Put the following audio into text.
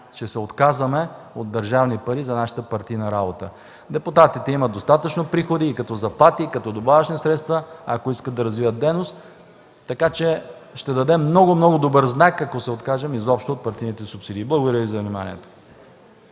че се отказваме от държавни пари за нашата партийна работа. Депутатите имат достатъчно приходи и като заплати, и като добавъчни средства, ако искат да развиват дейност. Ще дадем много, много добър знак, ако се откажем изобщо от партийните субсидии. Благодаря Ви за вниманието.